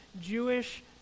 Jewish